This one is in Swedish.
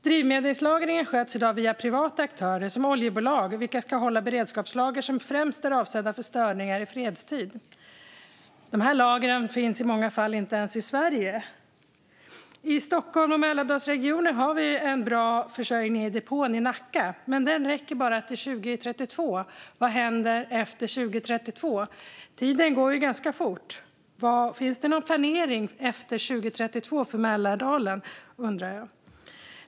Drivmedelslagringen sköts i dag via privata aktörer, som oljebolag, vilka ska hålla beredskapslager som främst är avsedda för störningar i fredstid. Dessa lager finns i många fall inte ens i Sverige. I Stockholm och Mälardalsregionen har vi en bra försörjning i depån i Nacka, men den räcker bara till 2032. Vad händer efter 2032? Tiden går ju ganska fort. Finns det någon planering efter 2032 för Mälardalen?